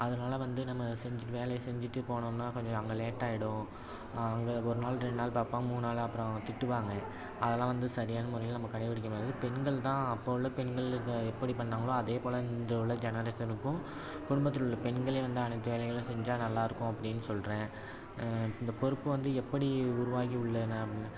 அதனால் வந்து நம்ம செஞ்சுட்டு வேலையை செஞ்சுட்டு போனோன்னால் கொஞ்சம் அங்கே லேட்டாகிடும் அங்கே ஒரு நாள் ரெண்டு நாள் பார்ப்பான் மூணு நாள் அப்புறம் திட்டுவாங்க அதெல்லாம் வந்து சரியான முறையில் நம்ம கடைப்பிடிக்கக்கூடாது பெண்கள் தான் அப்போ உள்ள பெண்கள் எப்படி பண்ணுறாங்களோ அதே போல் இந்த உள்ள ஜெனரேஷனுக்கும் குடும்பத்தில் உள்ள பெண்களே வந்து அனைத்து வேலைகளும் செஞ்சால் நல்லாயிருக்கும் அப்படின்னு சொல்கிறேன் இந்த பொறுப்பு வந்து எப்படி உருவாகியுள்ளன அப்